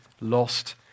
lost